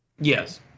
Yes